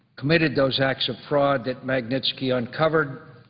committed those acts of fraud that magnitski uncovered,